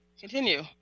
continue